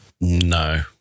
No